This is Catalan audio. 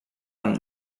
amb